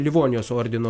livonijos ordino